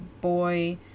boy